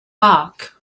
park